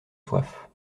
soif